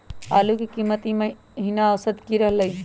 आलू के कीमत ई महिना औसत की रहलई ह?